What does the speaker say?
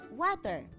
water